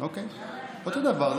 אוקיי, אותו דבר.